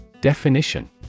Definition